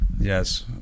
yes